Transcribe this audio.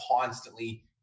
constantly